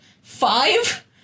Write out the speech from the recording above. five